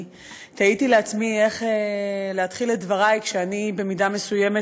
תהיתי לעצמי איך להתחיל את דברי כשאני במידה מסוימת,